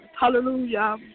Hallelujah